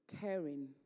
caring